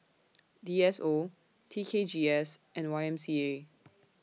D S O T K G S and Y M C A